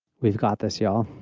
we've got this y'all.